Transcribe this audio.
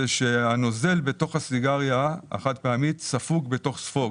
שהנוזל בתוך הסיגריה החד פעמית ספוג בתוך ספוג